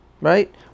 Right